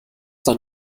dann